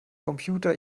computer